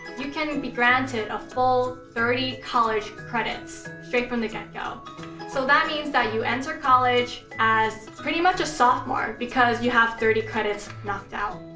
you can be granted a full thirty college credits straight from the get-go. so, that means that you enter college as pretty much a sophomore because you have thirty credits knocked out.